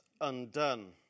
undone